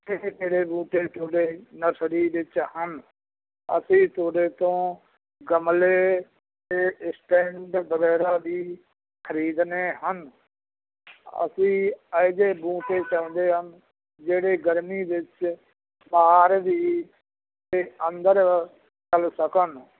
ਕਿਹੜੇ ਕਿਹੜੇ ਬੂਟੇ ਤੁਹਾਡੇ ਨਰਸਰੀ ਵਿਚ ਹਨ ਅਸੀਂ ਤੁਹਾਡੇ ਤੋਂ ਗਮਲੇ ਅਤੇ ਸਟੈਂਡ ਵਗੈਰਾ ਵੀ ਖਰੀਦਣੇ ਹਨ ਅਸੀਂ ਇਹੋ ਜਿਹੇ ਬੂਟੇ ਚਾਹੁੰਦੇ ਹਨ ਜਿਹੜੇ ਗਰਮੀ ਵਿੱਚ ਬਾਹਰ ਵੀ ਅਤੇ ਅੰਦਰ ਚਲ ਸਕਣ